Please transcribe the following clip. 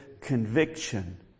conviction